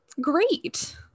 great